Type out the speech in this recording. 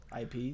IP